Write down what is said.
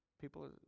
people